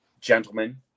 gentlemen